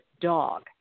dog